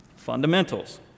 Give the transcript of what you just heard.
fundamentals